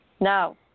No